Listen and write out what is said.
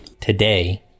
today